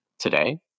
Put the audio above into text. Today